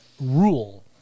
rule